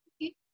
Okay